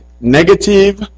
negative